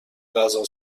غذا